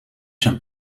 zijn